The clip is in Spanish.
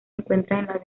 encuentra